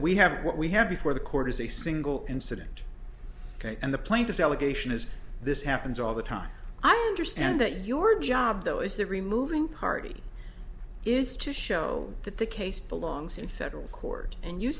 we have what we have before the court is a single incident and the plaintiff's allegation is this happens all the time i understand that your job though is the removing party is to show that the case belongs in federal court and you